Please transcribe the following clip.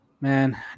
Man